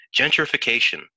gentrification